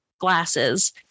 glasses